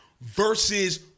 versus